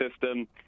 system